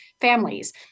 families